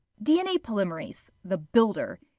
dna polymerase the builder.